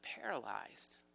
paralyzed